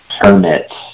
permits